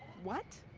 what?